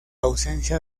ausencia